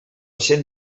cent